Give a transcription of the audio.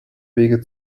wege